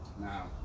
Now